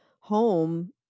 home